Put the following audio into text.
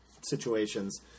situations